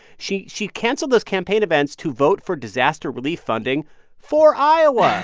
she she canceled those campaign events to vote for disaster relief funding for iowa.